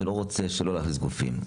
ולא רוצה שלא להכניס גופים,